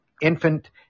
infant